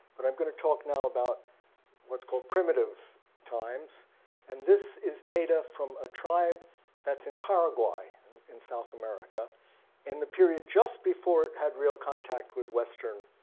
but i'm going to talk now about what's called primitive times and this is data from a tribe that's in paraguay in south america in the period just before it had real contact with western